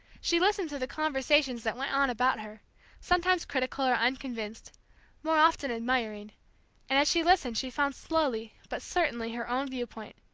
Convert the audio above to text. she listened to the conversations that went on about her sometimes critical or unconvinced more often admiring and as she listened she found slowly but certainly her own viewpoint.